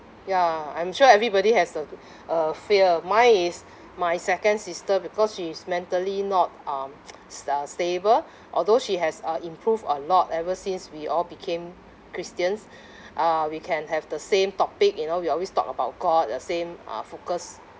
ya I'm sure everybody has a a fear mine is my second sister because she's mentally not um s~ uh stable although she has uh improved a lot ever since we all became christians uh we can have the same topic you know we always talk about god the same uh focus